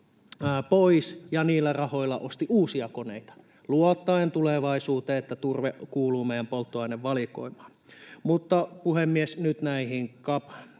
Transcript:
pois ja niillä rahoilla osti uusia koneita luottaen tulevaisuuteen, että turve kuuluu meidän polttoainevalikoimaan. Mutta, puhemies, nyt CAPin